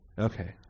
Okay